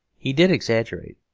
he did exaggerate,